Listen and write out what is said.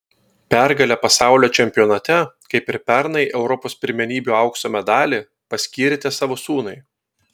pergalę pasaulio čempionate kaip ir pernai europos pirmenybių aukso medalį paskyrėte savo sūnui